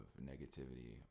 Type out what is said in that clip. negativity